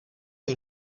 est